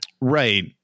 right